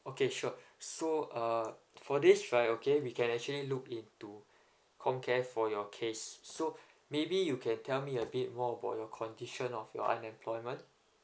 okay sure so uh for this right okay we can actually look into comcare for your case so maybe you can tell me a bit more about your condition of your unemployment